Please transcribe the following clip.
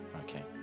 Okay